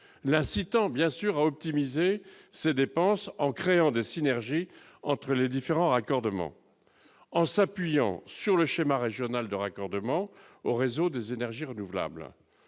l'incitant bien sûr à optimiser ses dépenses en créant des synergies entre les différents raccordement en s'appuyant sur le schéma régional de raccordement au réseau des énergies renouvelables,